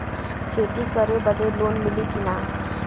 खेती करे बदे लोन मिली कि ना?